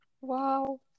Wow